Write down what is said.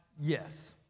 yes